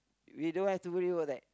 we don't have to worry about that